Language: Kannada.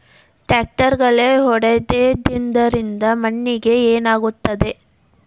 ಟ್ರಾಕ್ಟರ್ಲೆ ಗಳೆ ಹೊಡೆದಿದ್ದರಿಂದ ಮಣ್ಣಿಗೆ ಏನಾಗುತ್ತದೆ?